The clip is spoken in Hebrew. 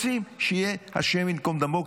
רוצים שיהיה השם ייקום דמו,